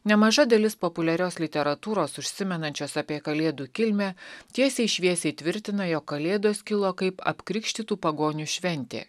nemaža dalis populiarios literatūros užsimenančios apie kalėdų kilmę tiesiai šviesiai tvirtina jog kalėdos kilo kaip apkrikštytų pagonių šventė